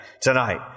tonight